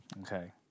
okay